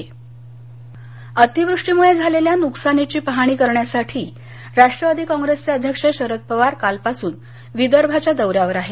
पवार शेतकरी मोर्चा अतिवृष्टीमुळे झालेल्या नुकसानीची पाहणी करण्यासाठी राष्ट्रवादी काँग्रेसचे अध्यक्ष शरद पवार कालपासून विदर्भाच्या दौऱ्यावर आहेत